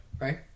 Right